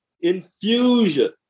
infusion